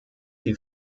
die